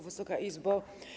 Wysoka Izbo!